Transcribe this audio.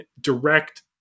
direct